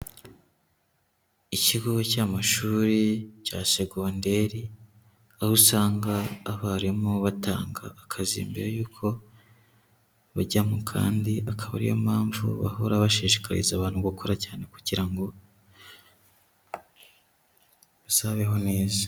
Ikigo cy'amashuri cya secondaire, aho usanga abarimu batanga akazi mbere yuko bajya mu kandi, akaba ariyo mpamvu bahora bashishikariza abantu gukora cyane, kugira ngo bazabeho neza.